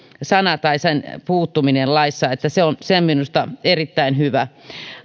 sana tai sen puuttuminen laissa se on minusta erittäin hyvä